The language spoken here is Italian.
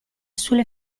sulle